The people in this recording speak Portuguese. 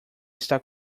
está